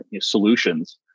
solutions